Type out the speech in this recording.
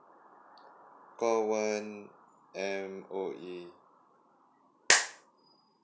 call one M_O_E